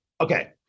Okay